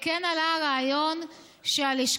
כמו כן עלה הרעיון שהלשכה,